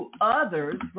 others